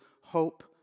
hope